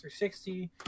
360